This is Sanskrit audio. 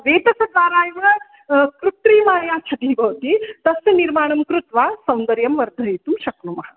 वेतसाकारा इव कृत्रिमा या छदिः भवति तस्य निर्माणं कृत्वा सौन्दर्यं वर्धयितुं शक्नुमः